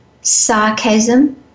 sarcasm